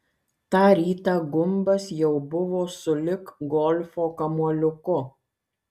tą rytą gumbas jau buvo sulig golfo kamuoliuku